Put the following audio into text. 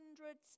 hundreds